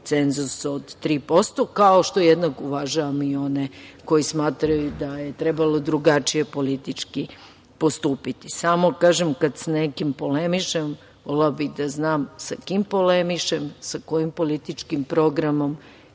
cenzus od 3%, kao što jednako uvažavam i one koji smatraju da je trebalo drugačije politički postupiti. Samo, kažem, kad sa nekim polemišem volela bih da znam sa kim polemišem, sa kojim političkim programom